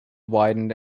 widened